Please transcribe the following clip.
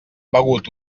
begut